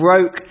broke